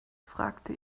fragte